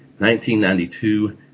1992